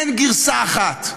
אין גרסה אחת,